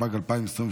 התשפ"ג 2023,